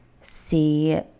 see